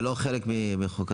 זה לא חלק מחוק ההסדרים.